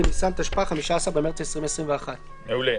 בניסן התשפ"א (15 במרס 2021)". תודה.